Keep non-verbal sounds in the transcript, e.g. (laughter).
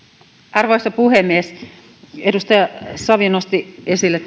arvoisa puhemies edustaja savio nosti esille (unintelligible)